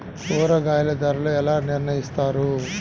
కూరగాయల ధరలు ఎలా నిర్ణయిస్తారు?